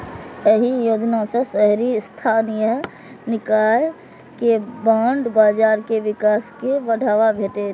एहि योजना सं शहरी स्थानीय निकाय के बांड बाजार के विकास कें बढ़ावा भेटतै